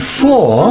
four